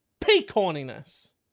peacorniness